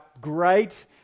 great